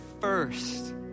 first